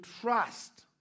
trust